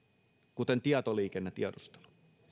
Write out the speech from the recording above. kuten tietoliikennetiedustelu